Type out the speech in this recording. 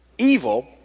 Evil